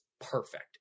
perfect